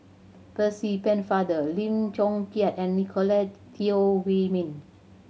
Percy Pennefather Lim Chong Keat and Nicolette Teo Wei Min